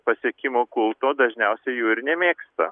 pasiekimo kulto dažniausiai jų ir nemėgsta